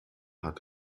hat